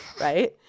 right